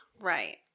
Right